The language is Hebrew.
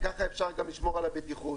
וכך גם אפשר לשמור על הבטיחות,